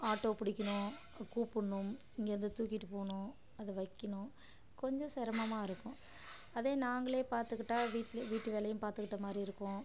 auto பிடிக்கிணும் கூப்புடணும் இங்கே இருந்து தூக்கிட்டு போகணும் அதை வக்கணும் கொஞ்சம் சிரமமா இருக்கும் அதே நாங்களே பார்த்துக்கிட்டா வீட்லேயே வீட்டு வேலையும் பார்த்துக்கிட்ட மாதிரி இருக்கும்